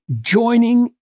joining